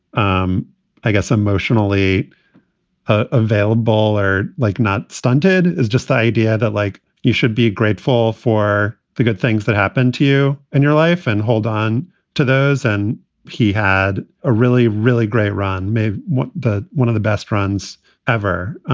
um i guess, emotionally ah available are like not stunted is just the idea that, like, you should be grateful for the good things that happen to you and your life and hold on to those. and he had a really, really great run made. but one of the best friends ever.